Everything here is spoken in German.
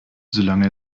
solange